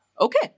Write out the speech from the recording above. Okay